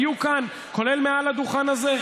היו כאן, כולל מעל הדוכן הזה.